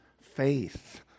faith